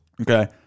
Okay